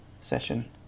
session